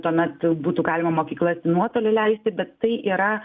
tuomet būtų galima mokyklas į nuotolį leisti bet tai yra